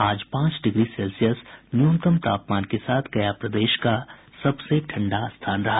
आज पांच degree Celsius न्यूनतम तापमान के साथ गया प्रदेश के सबसे ठंडा स्थान रहा